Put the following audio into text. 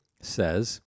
says